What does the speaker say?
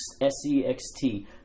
S-E-X-T